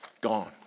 Gone